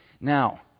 Now